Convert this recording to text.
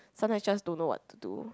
sometimes just don't know what to do